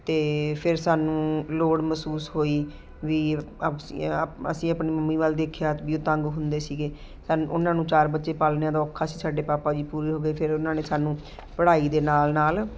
ਅਤੇ ਫਿਰ ਸਾਨੂੰ ਲੋੜ ਮਹਿਸੂਸ ਹੋਈ ਵੀ ਅਸੀਂ ਆਪ ਅਸੀਂ ਆਪਣੀ ਮੰਮੀ ਵੱਲ ਦੇਖਿਆ ਵੀ ਉਹ ਤੰਗ ਹੁੰਦੇ ਸੀਗੇ ਸਾਨੂੰ ਉਨ੍ਹਾਂ ਨੂੰ ਚਾਰ ਬੱਚੇ ਪਾਲਣੇ ਔਖੇ ਸੀ ਸਾਡੇ ਪਾਪਾ ਜੀ ਪੂਰੇ ਹੋ ਗਏ ਫਿਰ ਉਨ੍ਹਾਂ ਨੇ ਸਾਨੂੰ ਪੜ੍ਹਾਈ ਦੇ ਨਾਲ ਨਾਲ